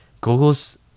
Google's